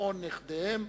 נישואין וגירושין פרטיים),